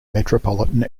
metropolitan